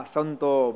Santo